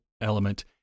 element